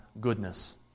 goodness